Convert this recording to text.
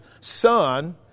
son